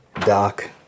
doc